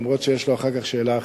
למרות שיש לו אחר כך שאלה אחרת.